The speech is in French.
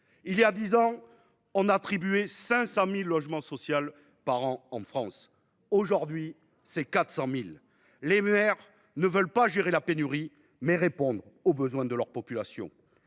Il y a dix ans, on attribuait 500 000 logements sociaux par an en France ; ce nombre est tombé à 400 000. Les maires veulent non pas gérer la pénurie, mais répondre aux besoins de leur population